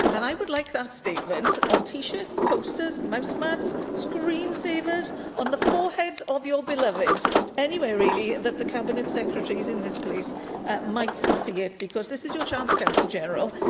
and i would like that statement on t-shirts, posters, mouse mats, screensavers and on the foreheads of your beloved anywhere, really, that the cabinet secretaries in this place might see it, because this is your chance, counsel general,